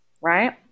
right